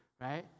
right